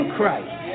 Christ